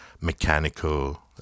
mechanical